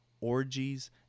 orgies